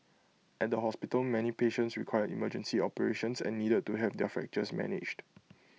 at the hospital many patients required emergency operations and needed to have their fractures managed